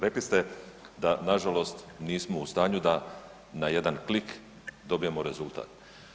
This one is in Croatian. Rekli ste da nažalost nismo u stanju da na jedan klik dobijemo rezultat.